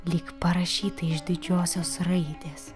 lyg parašytą iš didžiosios raidės